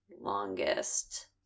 longest